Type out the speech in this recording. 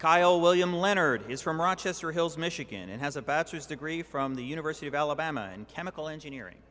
how william leonard is from rochester hills michigan and has a bachelor's degree from the university of alabama in chemical engineering